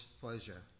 pleasure